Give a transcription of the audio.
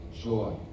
joy